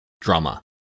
drama